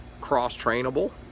cross-trainable